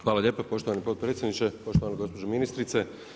Hvala lijepa poštovani potpredsjedniče, poštovana gospođo ministrice.